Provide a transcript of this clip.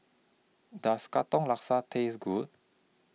Does Katong Laksa Taste Good